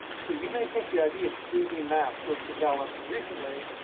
so you may think the idea of three d maps was developed recently.